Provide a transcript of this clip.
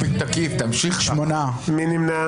מי נמנע?